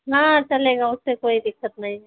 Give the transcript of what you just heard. ना चलेगा उससे कोई इक्कत नहीं ही